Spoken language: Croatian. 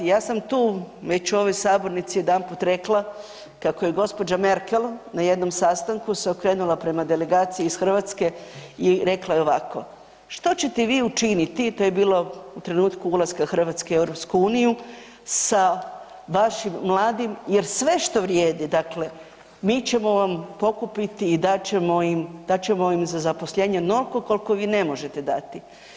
Ja sam tu već u ovoj sabornici jedanput rekla, kako je g. Merkel na jednom sastanku se okrenula prema delegaciji iz Hrvatske i rekla je ovako, što ćete vi učiniti, to je bilo u trenutku ulaska Hrvatske u EU, sa vašim mladim, jer sve što vrijedi, dakle, mi ćemo vam pokupiti i dat ćemo im za zaposlenje onoliko koliko vi ne možete dati.